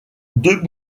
deux